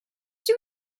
dydw